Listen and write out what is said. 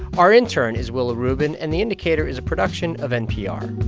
our intern is willa rubin. and the indicator is a production of npr